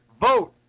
Vote